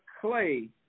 clay